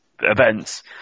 events